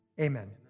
Amen